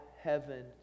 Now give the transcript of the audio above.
heaven